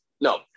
No